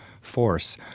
force